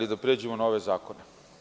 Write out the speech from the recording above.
Da pređemo na ove zakone.